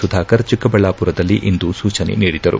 ಸುಧಾಕರ್ ಚಿಕ್ಕಬಳ್ಳಾಪುರದಲ್ಲಿಂದು ಸೂಚನೆ ನೀಡಿದರು